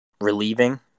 relieving